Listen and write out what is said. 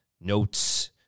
notes